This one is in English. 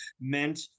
meant